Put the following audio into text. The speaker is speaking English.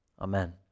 Amen